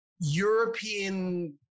European